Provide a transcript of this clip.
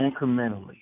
incrementally